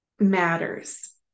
Matters